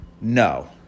no